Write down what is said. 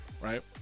right